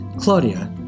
Claudia